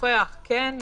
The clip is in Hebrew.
לשוחח כן,